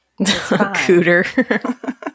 Cooter